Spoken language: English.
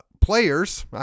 players